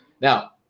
Now